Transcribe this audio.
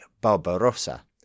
Barbarossa